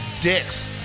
dicks